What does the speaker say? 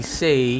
say